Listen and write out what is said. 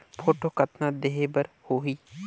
Photo कतना देहें बर होहि?